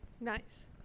Nice